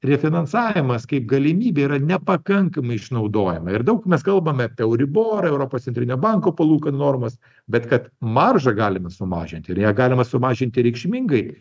refinansavimas kaip galimybė yra nepakankamai išnaudojama ir daug mes kalbam apie euribor europos centrinio banko palūkanų normas bet kad maržą galime sumažinti ir ją galime sumažinti reikšmingai